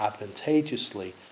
advantageously